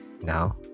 Now